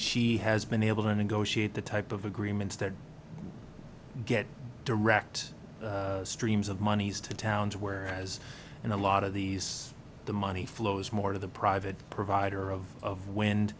we has been able to negotiate the type of agreements that get direct streams of monies to towns where as in a lot of these the money flows more of the private provider of of